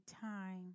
time